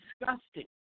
disgusting